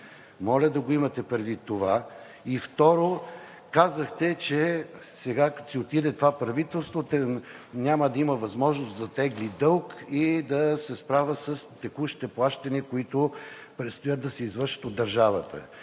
Моля да го имате предвид това. И друго, казахте, че сега, като си отиде това правителство, няма да има възможност да тегли дълг и да се справя с текущите плащания, които предстоят да се извършат от държавата.